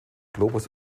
globus